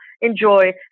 enjoy